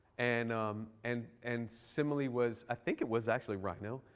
and um and and simile was i think it was actually rhino.